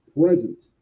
present